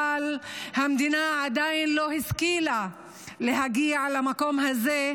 עדיין לא השכילה להגיע למקום הזה,